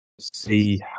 see